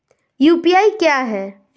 UPI क्या है?